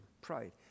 pride